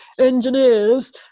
engineers